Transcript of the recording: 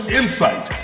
insight